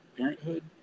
Parenthood